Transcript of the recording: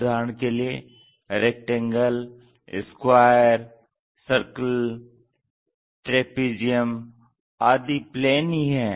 उदाहरण के लिए रेक्टेंगल स्क्वायर सर्किल ट्रेपीजियम आदि प्लेन ही हैं